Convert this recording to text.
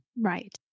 Right